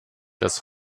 das